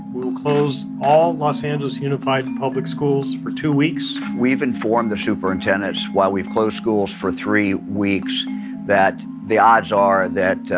we will close all los angeles unified public schools for two weeks we've informed the superintendents while we've closed schools for three weeks that the odds are that,